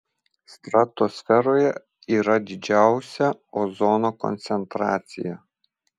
stratosferoje yra didžiausia ozono koncentracija